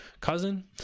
cousin